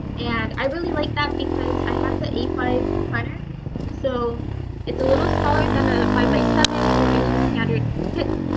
and i really like that because i have the a five planner so it's a little smaller than a five by seven or any standard kit.